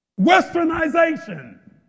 westernization